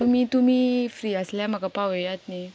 तुमी फ्री आसल्यार म्हाका पावयात न्ही